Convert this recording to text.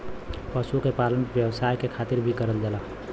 पशु के पालन व्यवसाय के खातिर भी करल जाला